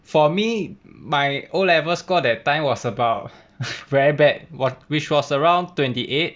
for me my O level score that time was about very bad what which was around twenty eight